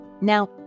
Now